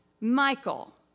Michael